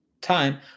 time